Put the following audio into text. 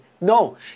No